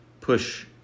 push